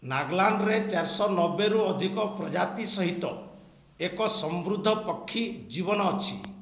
ନାଗାଲାଣ୍ଡରେ ଚାରିଶହ ନବେରୁ ଅଧିକ ପ୍ରଜାତି ସହିତ ଏକ ସମୃଦ୍ଧ ପକ୍ଷୀ ଜୀବନ ଅଛି